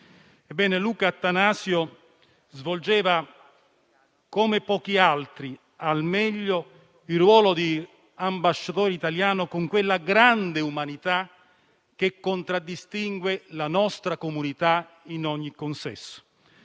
Luca Attanasio svolgeva al meglio, come pochi altri, il ruolo di ambasciatore italiano, con quella grande umanità che contraddistingue la nostra comunità in ogni consesso.